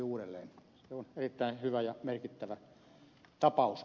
se on erittäin hyvä ja merkittävä tapaus